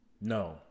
No